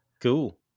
Cool